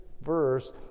verse